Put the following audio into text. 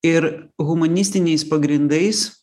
ir humanistiniais pagrindais